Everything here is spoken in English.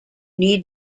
need